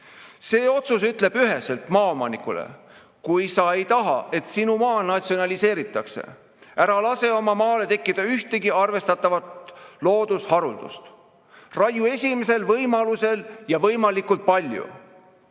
See otsus ütleb üheselt maaomanikule: kui sa ei taha, et sinu maa natsionaliseeritakse, ära lase oma maale tekkida ühtegi arvestatavat loodusharuldust, raiu esimesel võimalusel ja võimalikult palju.